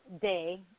day